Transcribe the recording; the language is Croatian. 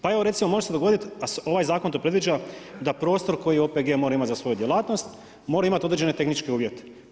Pa evo recimo može se dogoditi, a ovaj zakon to predviđa da prostor koji OPG more imat za svoju djelatnost mora imati određene tehničke uvjete.